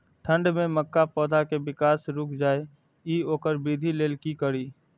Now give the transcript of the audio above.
ठंढ में मक्का पौधा के विकास रूक जाय इ वोकर वृद्धि लेल कि करी?